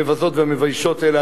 המבזות והמביישות האלה,